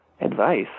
Advice